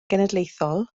genedlaethol